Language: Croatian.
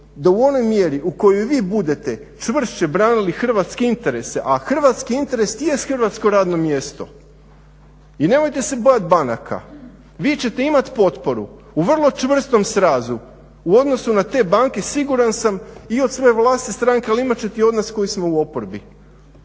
da u onoj mjeri u kojoj vi budete čvršće branili hrvatske interese, a hrvatski interes jest hrvatsko radno mjesto. I nemojte se bojati banaka. Vi ćete imati potporu u vrlo čvrstom srazu u odnosu na te banke siguran sam i od svoje vlastite stranke ali imat ćete odnos koji smo u oporbi.